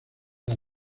las